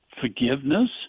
forgiveness